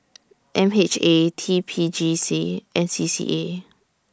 M H A T P J C and C C A